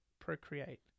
procreate